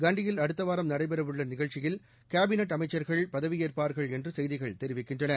கண்டியில் அடுத்த வாரம் நடைபெறவுள்ள் நிஷ்ச்சியில் கேபிளைட் அளம்ச்சர்கள் பதவியேற்பார்கள் என்று செய்திகள் தெரிவிக்கின்றன